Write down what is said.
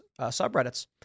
subreddits